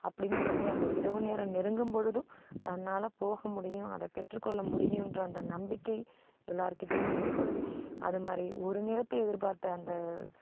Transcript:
அப்டின்னு சொல்லி அந்த இரவு நேரம் நெருங்கும் பொழுதும் தன்னால் போக முடியும் அதை பெற்று கொள்ள முடியும்கிற அந்த நம்பிக்கை எல்லார் கிட்டேயும் இருக்கணும் அது மாதிரி ஒரு நிறத்தை எதிர்பார்த்த அந்த